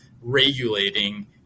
regulating